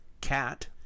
cat